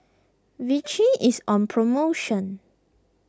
Vichy is on promotion